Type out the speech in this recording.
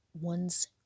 ones